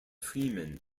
freeman